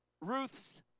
Ruth's